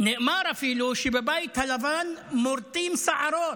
נאמר אפילו שבבית הלבן מורטים שערות,